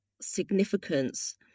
significance